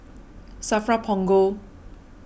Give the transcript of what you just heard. Safra Punggol